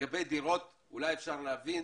לגבי דירות אולי אפשר להבין